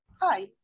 Hi